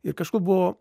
ir kažkur buvo